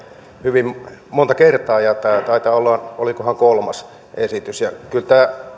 hyvin monta kertaa ja tämä taitaa olla olikohan kolmas esitys kyllä tämä